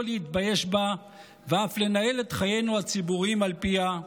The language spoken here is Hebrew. לא להתבייש בה ואף לנהל את חיינו הציבוריים על פיה.